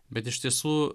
bet iš tiesų